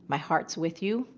my heart's with you.